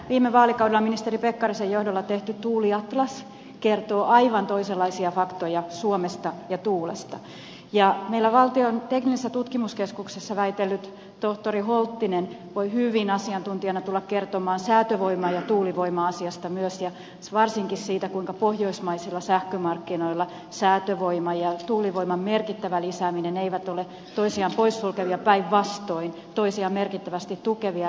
viime vaalikaudella ministeri pekkarisen johdolla tehty tuuliatlas kertoo aivan toisenlaisia faktoja suomesta ja tuulesta ja meillä valtion teknillisessä tutkimuskeskuksessa väitellyt tohtori holttinen voi hyvin asiantuntijana tulla kertomaan säätövoima ja tuulivoima asiasta myös ja varsinkin siitä kuinka pohjoismaisilla sähkömarkkinoilla säätövoiman ja tuulivoiman merkittävä lisääminen eivät ole toisiaan poissulkevia päinvastoin toisiaan merkittävästi tukevia ratkaisuita